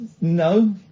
No